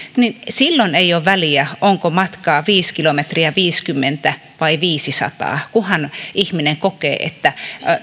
ei ole väliä onko matkaa viisi viisikymmentä vai viisisataa kilometriä kunhan ihminen kokee että